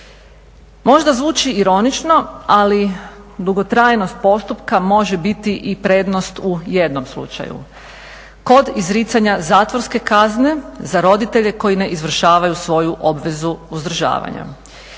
Možda zvuči ironično, ali dugotrajnost postupka može biti i prednost u jednom slučaju kod izricanja zatvorske kazne za roditelje koji ne izvršavaju svoju obvezu uzdržavanja.